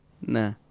Nah